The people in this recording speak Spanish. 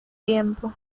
tiempo